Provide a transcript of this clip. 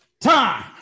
time